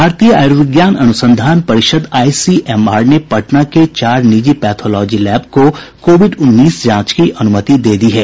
भारतीय आयुर्विज्ञान अनुसंधान परिषद आइसीएमआर ने पटना के चार निजी पैथोलॉजी लैब को कोविड उन्नीस जांच की अनुमति दे दी है